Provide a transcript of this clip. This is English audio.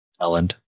Ellen